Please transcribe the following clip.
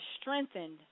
strengthened